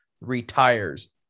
retires